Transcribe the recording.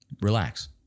Relax